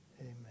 Amen